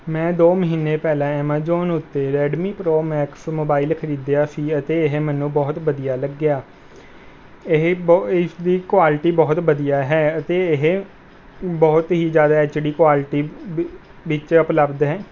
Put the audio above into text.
ਮੈਂ ਦੋ ਮਹੀਨੇ ਪਹਿਲਾਂ ਐਮਾਜੋਨ ਉੱਤੇ ਰੈੱਡਮੀ ਪਰੋ ਮੈਕਸ ਮੋਬਾਇਲ ਖਰੀਦਿਆ ਸੀ ਅਤੇ ਇਹ ਮੈਨੂੰ ਬਹੁਤ ਵਧੀਆ ਲੱਗਿਆ ਇਹ ਬਹੁ ਇਸਦੀ ਕੋਆਲੀਟੀ ਬਹੁਤ ਵਧੀਆ ਹੈ ਅਤੇ ਇਹ ਬਹੁਤ ਹੀ ਜ਼ਿਆਦਾ ਐੱਚ ਡੀ ਕੋਆਲਟੀ ਵਿ ਵਿੱਚ ਉਪਲਬਧ ਹੈ